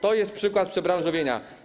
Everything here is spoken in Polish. To jest przykład przebranżowienia.